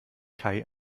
kai